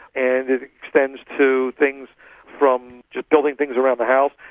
and it extends to things from just building things around the house,